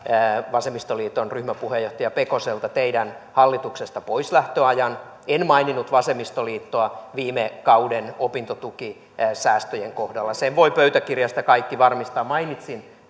vasemmistoliiton ryhmäpuheenjohtaja pekoselta teidän hallituksesta poislähtöaikanne en maininnut vasemmistoliittoa viime kauden opintotukisäästöjen kohdalla sen voivat pöytäkirjasta kaikki varmistaa mainitsin